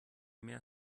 mehr